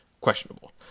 questionable